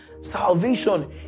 salvation